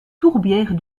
tourbières